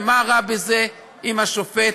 ומה רע בזה אם השופט